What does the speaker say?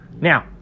Now